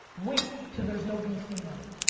wait til there's no vc money.